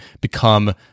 become